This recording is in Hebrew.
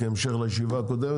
כהמשך לישיבה הקודמת,